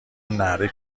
ﺷﯿﺮﺍﻥ